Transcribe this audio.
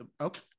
okay